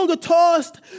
tossed